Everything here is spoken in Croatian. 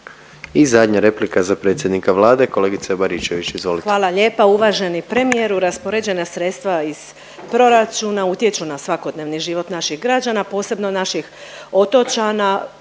I zadnja replika za predsjednika Vlade, kolegice Baričević izvolite. **Baričević, Danica (HDZ)** Hvala lijepa. Uvaženi premijeru, raspoređena sredstva iz proračuna utječu na svakodnevni život naših građana, a posebno naših otočana